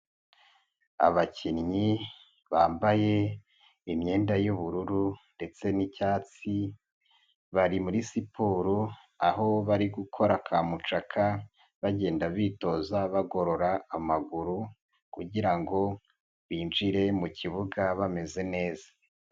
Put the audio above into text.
Abakinnyi bambaye imyenda y'ubururu ndetse n'icyatsi bari muri siporo, aho bari gukora ka mucaka bagenda bitoza bagorora amaguru kugira ngo binjire mu kibuga bameze neza.